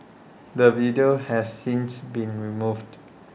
the video has since been removed